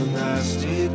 nasty